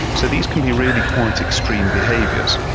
so these can be really quite extreme behaviours.